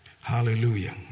Hallelujah